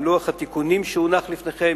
עם לוח התיקונים שהונח לפניכם,